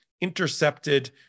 intercepted